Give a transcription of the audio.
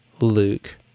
Luke